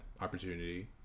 opportunity